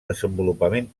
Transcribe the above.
desenvolupament